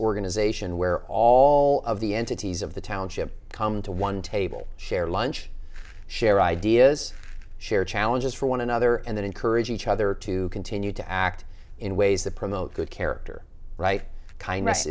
organization where all of the entities of the township come to one table share lunch share ideas share challenges for one another and then encourage each other to continue to act in ways that promote good character right kind